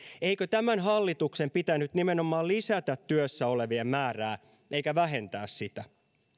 eikö tämän hallituksen pitänyt nimenomaan lisätä työssä olevien määrää eikä vähentää sitä